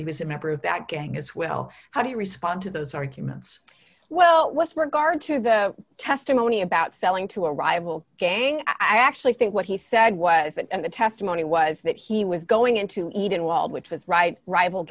the was a member of that gang is will how do you respond to those arguments well what's regard to the testimony about selling to a rival gang i actually think what he said was that and the testimony was that he was going in to eat in wall which was right rival